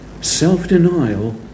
Self-denial